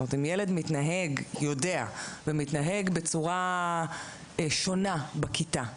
אמרתי שאם ילד יודע ומתנהג בצורה שונה בכיתה,